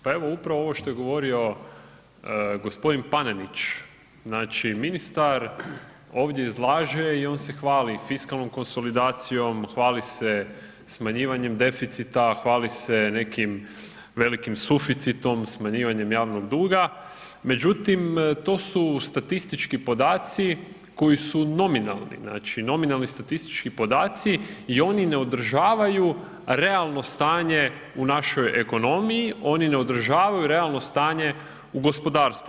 Pa evo, upravo ovo što je govorio g. Panenić, znači ministar ovdje izlaže i on se hvali fiskalnom konsolidacijom, hvali se smanjivanjem deficita, hvali se nekim velikim suficitom, smanjivanjem javnog duga, međutim to su statistički podaci koji su nominalni, znači nominalni statistički podaci i oni ne održavaju realno stanje u našoj ekonomiji, oni ne održavaju realno stanje u gospodarstvu.